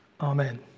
Amen